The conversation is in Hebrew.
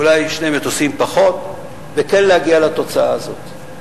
אולי שני מטוסים פחות וכן להגיע לתוצאה הזאת.